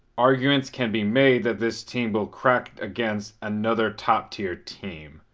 arguments can be made that this team will crack against another top-tier team.